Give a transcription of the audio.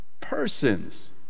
persons